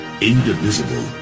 indivisible